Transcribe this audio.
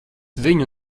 viņu